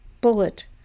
bullet